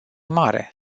mare